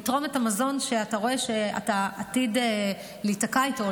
לתרום את המזון שאתה רואה שאתה עתיד להיתקע איתו,